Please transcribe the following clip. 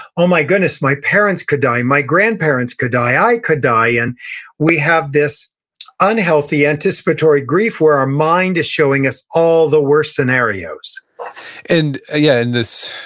oh my goodness, my parents could die. my grandparents could die. i could die. and we have this unhealthy, anticipatory grief, where our mind is showing us all the worst scenarios and ah yeah, in this,